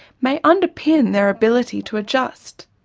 may underpin their ability to adjust,